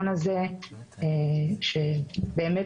יו"ר הוועדה,